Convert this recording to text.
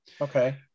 Okay